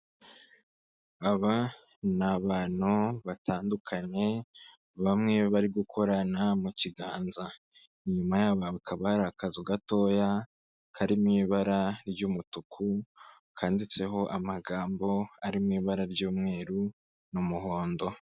Aba ni abantu batandukanye, bamwe bari gukorana mu kiganza, inyuma yabo hakaba hari akazu gatoya, kari mu ibara ry'umutuku, kanditseho amagambo, ari mu ibara ry'umweru n'umuhondo.